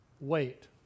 Wait